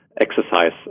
exercise